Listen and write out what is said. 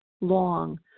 long